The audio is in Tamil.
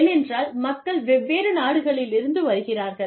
ஏனென்றால் மக்கள் வெவ்வேறு நாடுகளிலிருந்து வருகிறார்கள்